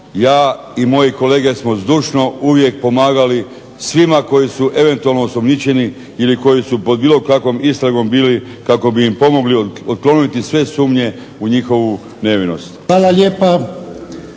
Ja i moji kolege smo zdušno uvijek pomagali svima koji su eventualno osumnjičeni ili koji su pod bilo kakvom istragom bili kako bi im pomogli otkloniti sve sumnje u njihovu nevinost. **Jarnjak,